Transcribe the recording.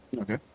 Okay